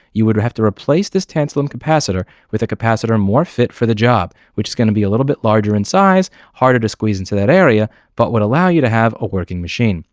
you would would have to replace this tantalum capacitor with a capacitor more fit for the job, which is going to be a little bit larger in size, harder to squeeze into that area, but would allow you to have a working machine.